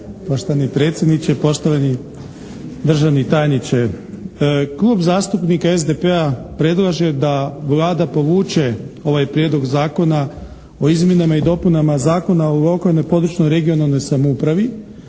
Poštovani predsjedniče, poštovani državni tajniče. Klub zastupnika SDP-a predlaže da Vlada povuče ovaj Prijedlog zakona o izmjenama i dopunama Zakona o lokalnoj i područnoj regionalnoj samoupravi